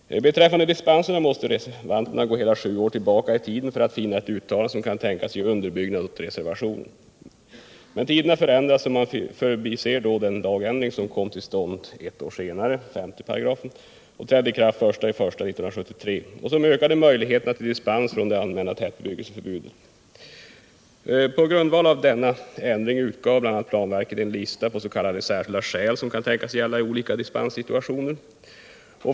Beträffande dispenserna måste reservanterna gå hela sju år tillbaka i tiden för att finna ett uttalande, som kan tänkas ge underbyggnad åt reservationen. Men tiderna förändras, och reservanterna har förbisett den ändring av 5 § i byggnadslagen som kom till stånd ett år senare och trädde i kraft den 1 januari 1973, varigenom möjligheterna till dispens från det allmänna tätbebyggelseförbudet ökades. På grundvalav denna ändring utgav bl.a. planverket en lista på s.k. särskilda skäl, som kan tänkas gälla i olika dispenssituationer.